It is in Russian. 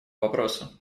вопросу